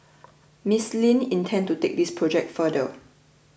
Miss Lin intends to take this project further